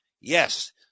yes